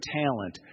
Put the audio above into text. talent